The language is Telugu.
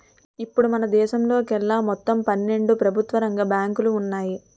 ఇప్పుడు మనదేశంలోకెళ్ళి మొత్తం పన్నెండు ప్రభుత్వ రంగ బ్యాంకులు ఉన్నాయి